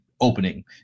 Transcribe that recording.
opening